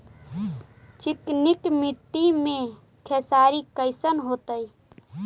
चिकनकी मट्टी मे खेसारी कैसन होतै?